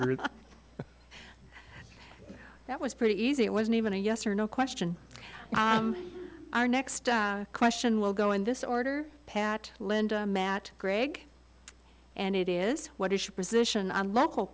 did that was pretty easy it wasn't even a yes or no question our next question will go in this order pat lend matt gregg and it is what is your position on local